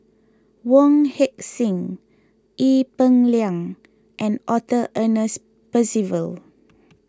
Wong Heck Sing Ee Peng Liang and Arthur Ernest Percival